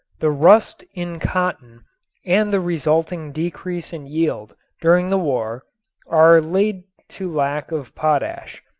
the rust in cotton and the resulting decrease in yield during the war are laid to lack of potash.